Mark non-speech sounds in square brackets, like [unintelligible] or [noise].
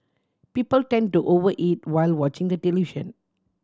people tend to over eat while watching the [unintelligible]